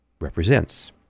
represents